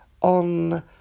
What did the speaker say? on